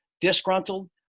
disgruntled